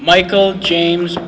michael james